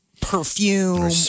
perfume